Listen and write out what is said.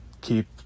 keep